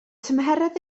tymheredd